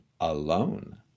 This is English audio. alone